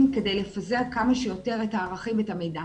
כדי לפזר כמה שיותר את הערכים ואת המידע.